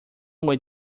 way